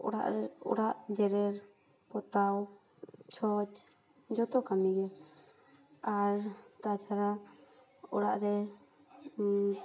ᱚᱲᱟᱜ ᱚᱲᱟᱜ ᱡᱮᱨᱮᱲ ᱯᱚᱛᱟᱣ ᱪᱷᱚᱪ ᱡᱚᱛᱚ ᱠᱟᱹᱢᱤ ᱜᱮ ᱟᱨ ᱛᱟᱪᱷᱟᱲᱟ ᱚᱲᱟᱜ ᱨᱮ